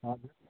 हजुर